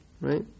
Right